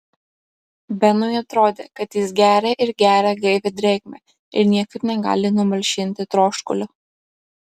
benui atrodė kad jis geria ir geria gaivią drėgmę ir niekaip negali numalšinti troškulio